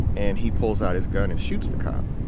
and he pulls out his gun and shoots the cop.